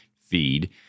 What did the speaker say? feed